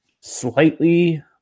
slightly